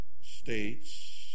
States